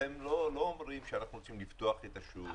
אתם לא אומרים שאנחנו רוצים לפתוח את השוק לתחרות?